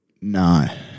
No